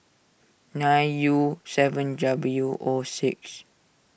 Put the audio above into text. nine U seven W O six